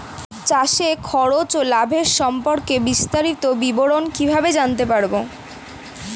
চাষে খরচ ও লাভের সম্পর্কে বিস্তারিত বিবরণ কিভাবে জানতে পারব?